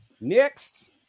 Next